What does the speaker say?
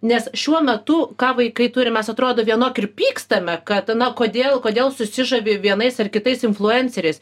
nes šiuo metu ką vaikai turi mes atrodo vienok ir pykstame kad na kodėl kodėl susižavi vienais ar kitais influenceriais